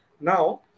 Now